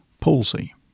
Palsy